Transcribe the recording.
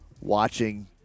watching